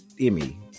emmy